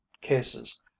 cases